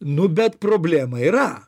nu bet problema yra